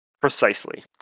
Precisely